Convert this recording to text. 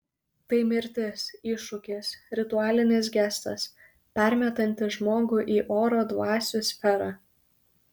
tai mirtis iššūkis ritualinis gestas permetantis žmogų į oro dvasių sferą